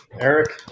Eric